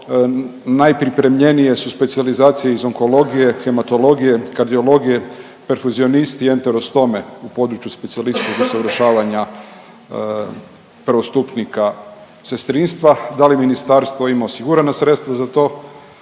najpripremljenije su specijalizacije iz onkologije, hematologije, kardiologije, perfuzionisti i enterostome u području specijalističkog usavršavanja prvostupnika sestrinstva. Da li ministarstvo ima osigurana sredstva za to